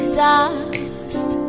dust